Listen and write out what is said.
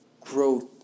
growth